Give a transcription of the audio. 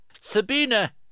Sabina